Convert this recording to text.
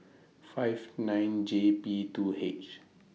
five nine J P two H